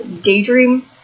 daydream